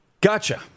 Gotcha